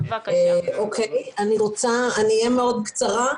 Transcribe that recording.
אני אהיה מאוד קצרה.